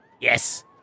Yes